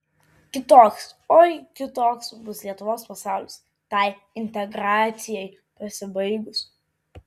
kitoks oi kitoks bus lietuvos pasaulis tai integracijai pasibaigus